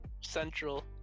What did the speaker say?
central